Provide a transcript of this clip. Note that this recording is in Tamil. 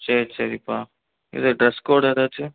சரி சரிப்பா இது ட்ரெஸ் கோட் எதாச்சும்